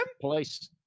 police